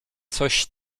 coś